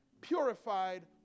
purified